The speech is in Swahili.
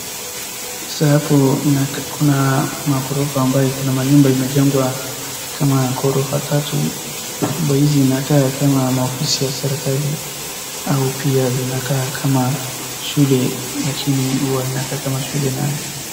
Sasa hapo kuna magorofa ambaye kuna manyumba imejengwa kama gorofa tatu. Nyumba hizi inakaa kama maofisi ya serikali au pia zinakaa kama shule lakini huwa inakaa kama shule.